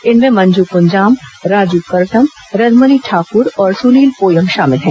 इनमें मंजू कृंजाम राजू करटम रधमनी ठाकूर और सुनील पोयम शामिल हैं